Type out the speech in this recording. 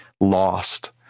lost